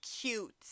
cute